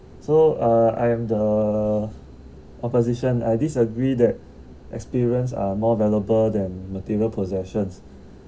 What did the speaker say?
so uh I am the opposition I disagree that experience are more valuable than material possessions